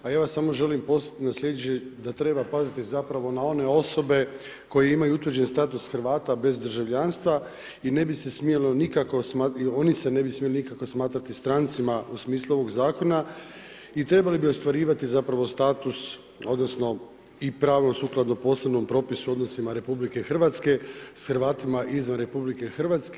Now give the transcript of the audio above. A ja samo želim podsjetiti … da treba paziti zapravo na one osobe koje imaju utvrđen status Hrvata bez državljanstva i ne bi se smjelo nikako, oni se ne bi smjeli nikako smatrati strancima u smislu ovog zakona i trebali bi ostvarivati zapravo status, odnosno i pravo sukladno posebnom propisu u odnosima RH s Hrvatima izvan RH.